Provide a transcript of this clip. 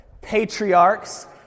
patriarchs